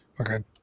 Okay